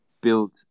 build